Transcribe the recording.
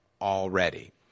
already